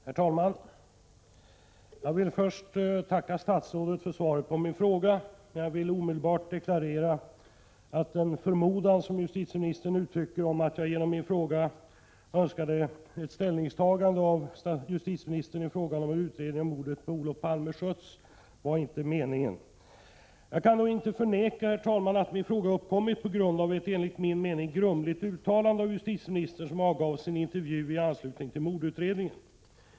Herr talman! Jag vill först tacka statsrådet för svaret på min fråga. Samtidigt vill jag omedelbart deklarera att avsikten inte var att jag genom min fråga skulle få ett ställningstagande av justitieministern avseende hur utredningen av mordet på Olof Palme skötts, vilket justitieministern uttrycker en förmodan om. Jag kan dock inte förneka, herr talman, att min fråga uppkommit på grund av ett enligt min mening grumligt uttalande av justitieministern, vilket avgavs i en intervju den 7 mars i anslutning till mordutredningen.